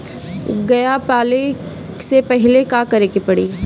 गया पाले से पहिले का करे के पारी?